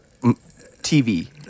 TV